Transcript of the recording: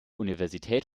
universität